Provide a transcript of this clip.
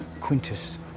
Quintus